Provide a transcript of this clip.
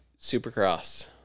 Supercross